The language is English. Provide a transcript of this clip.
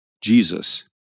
Jesus